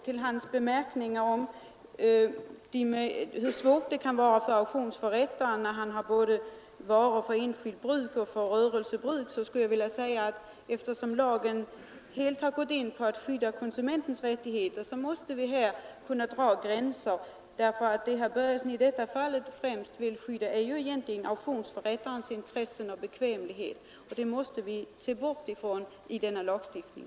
Till hans bemärkningar om hur svårt det kan vara för en auktionsförrättare när denne har varor både för enskilt bruk och för rörelsebruk vill jag säga, att eftersom lagen helt gått in för att skydda konsumentens rättigheter, så måste vi här kunna dra gränser. Det som herr Börjesson främst vill tillgodose är ju auktionsförrättarens intressen och bekvämlighet, och det måste vi se bort ifrån i denna lagstiftning.